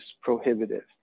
prohibitive